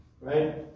Right